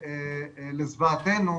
לזוועתנו,